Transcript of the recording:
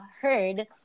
heard